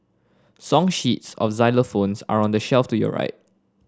song sheets of xylophones are on the shelf to your right